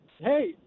Hey